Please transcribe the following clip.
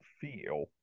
feel